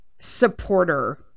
supporter